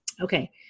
Okay